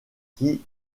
qui